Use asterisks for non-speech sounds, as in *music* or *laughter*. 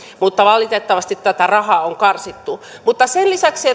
mutta valitettavasti tätä rahaa on karsittu mutta kuntien lisäksi *unintelligible*